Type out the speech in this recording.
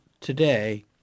today